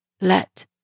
Let